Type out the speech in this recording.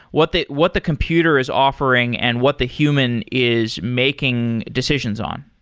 what the what the computer is offering and what the human is making decisions on.